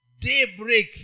daybreak